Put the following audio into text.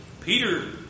Peter